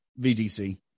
VDC